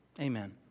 amen